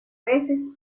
veces